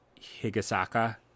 Higasaka